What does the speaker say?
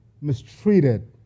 mistreated